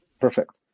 Perfect